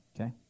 Okay